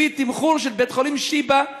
לפי תמחור של בית-חולים "שיבא",